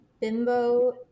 bimbo